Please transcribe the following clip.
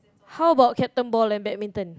how bout Captain Ball and Badminton